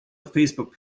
facebook